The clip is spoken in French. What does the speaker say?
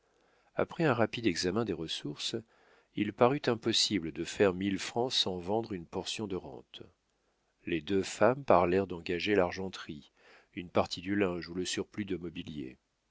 après un rapide examen des ressources il parut impossible de faire mille francs sans vendre une portion de rente les deux femmes parlèrent d'engager l'argenterie une partie du linge ou le surplus de mobilier